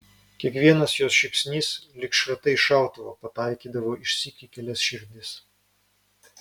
kiekvienas jos šypsnys lyg šratai iš šautuvo pataikydavo išsyk į kelias širdis